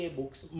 books